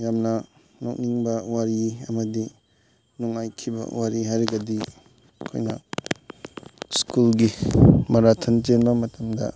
ꯌꯥꯝꯅ ꯅꯣꯛꯅꯤꯡꯕ ꯋꯥꯔꯤ ꯑꯃꯗꯤ ꯅꯨꯡꯉꯥꯏꯈꯤꯕ ꯋꯥꯔꯤ ꯍꯥꯏꯔꯒꯗꯤ ꯑꯩꯈꯣꯏꯅ ꯁ꯭ꯀꯨꯜꯒꯤ ꯃꯔꯥꯊꯟ ꯆꯦꯟꯕ ꯃꯇꯝꯗ